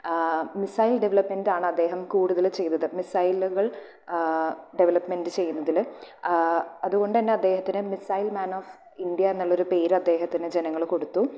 മിസൈഡ് development ആണ് അദ്ദേഹം കൂടുതൽ ചെയ്തത് മിസൈലുകൾ ടെവലെപ്മെന്റ്റ് ചെയ്യുന്നതിൽ അതുകൊണ്ടന്നെ അദ്ദേഹത്തിന് മിസൈൽ മാൻ ഓഫ് ഇന്ത്യ എന്നുള്ളൊരു പേര് അദ്ദേഹത്തിന് ജനങ്ങൾ കൊടുത്തു